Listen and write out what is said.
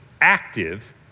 active